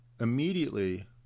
immediately